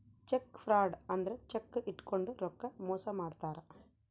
check fraud ಅಂದ್ರ cheque ಇಟ್ಕೊಂಡು ರೊಕ್ಕ ಮೋಸ ಮಾಡ್ತಾರ